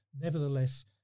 nevertheless